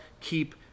keep